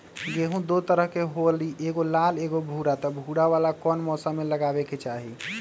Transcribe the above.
गेंहू दो तरह के होअ ली एगो लाल एगो भूरा त भूरा वाला कौन मौसम मे लगाबे के चाहि?